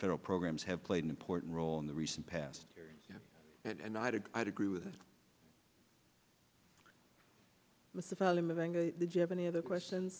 federal programs have played an important role in the recent past and i did i'd agree with this with the valley living did you have any other questions